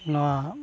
ᱱᱚᱣᱟ